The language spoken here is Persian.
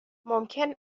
ممکن